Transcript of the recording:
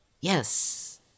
Yes